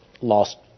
lost